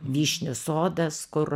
vyšnių sodas kur